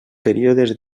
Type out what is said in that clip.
períodes